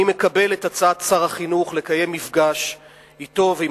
אני מקבל את הצעת שר החינוך לקיים מפגש אתו ועם